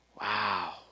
Wow